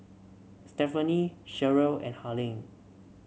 Stephaine Sherrill and Harlene